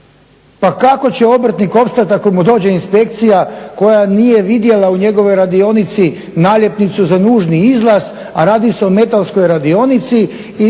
Pa kako će obrtnik opstati ako mu dođe inspekcija koja nije vidjela u njegovoj radionici naljepnicu za nužni izlaz a radi se o metalskoj radionici